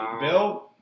Bill